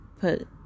put